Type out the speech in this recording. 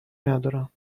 ندارم